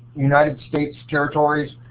united states territories